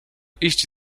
iść